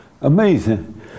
Amazing